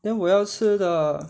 then 我要吃的